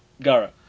Gara